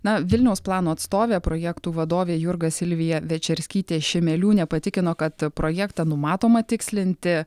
na vilniaus plano atstovė projektų vadovė jurga silvija večerskyte šimeliūnė patikino kad projektą numatoma tikslinti